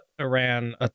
Iran